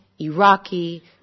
Iraqi